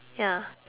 ya